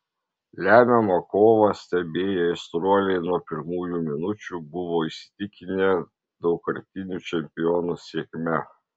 lemiamą kovą stebėję aistruoliai nuo pirmųjų minučių buvo įsitikinę daugkartinių čempionų sėkme